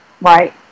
right